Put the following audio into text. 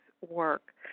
Work